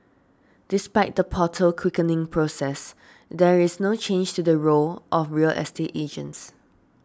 despite the portal quickening process there is no change to the role of real estate agents